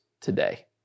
today